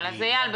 אז איל,